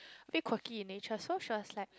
a bit quirky in nature so she was like